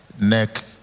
neck